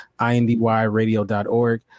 IndyRadio.org